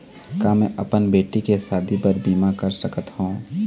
का मैं अपन बेटी के शादी बर बीमा कर सकत हव?